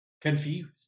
confused